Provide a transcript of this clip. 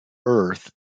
earth